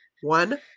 one